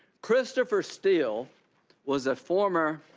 christopher steele was a former